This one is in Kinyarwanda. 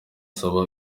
saba